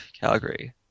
Calgary